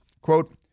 quote